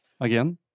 Again